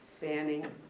banning